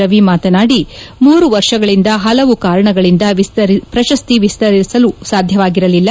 ರವಿ ಮಾತನಾಡಿ ಮೂರು ವರ್ಷಗಳಿಂದ ಪಲವು ಕಾರಣಗಳಿಂದ ಪ್ರಶಸ್ತಿ ವಿತರಿಸಲು ಸಾಧ್ಯವಾಗಿರಲಿಲ್ಲ